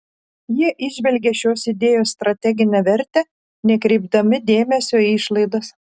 jie įžvelgė šios idėjos strateginę vertę nekreipdami dėmesio į išlaidas